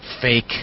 fake